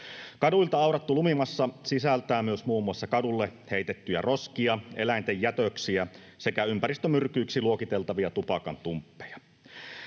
Kaduilta aurattu lumimassa sisältää myös muun muassa kadulle heitettyjä roskia, eläinten jätöksiä sekä ympäristömyrkyiksi luokiteltavia tupakantumppeja.